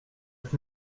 ett